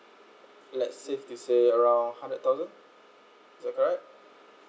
let safety say around hundred thousand is that correct